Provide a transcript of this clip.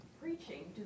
preaching